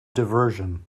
diversion